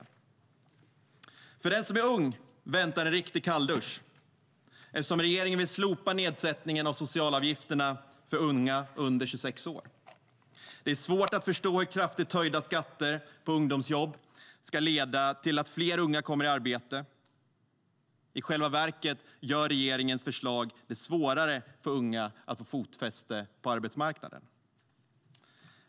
För den som är ung väntar en riktig kalldusch, eftersom regeringen vill slopa nedsättningen av socialavgifterna för unga under 26 år. Det är svårt att förstå hur kraftigt höjda skatter på ungdomsjobb ska leda till att fler unga kommer i arbete. I själva verket gör regeringens förslag det svårare för unga att få fotfäste på arbetsmarknaden.